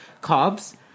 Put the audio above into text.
carbs